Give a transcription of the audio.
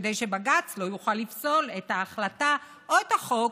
כדי שבג"ץ לא יוכל לפסול את ההחלטה או את החוק,